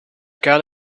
gone